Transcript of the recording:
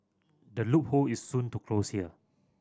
the loophole is soon to close here